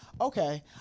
okay